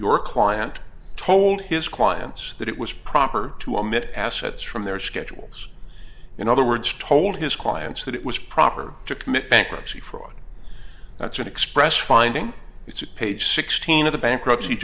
your client told his clients that it was proper to omit assets from their schedules in other words told his clients that it was proper to commit bankruptcy fraud that's an express finding it's a page sixteen of the bankruptcy